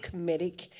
comedic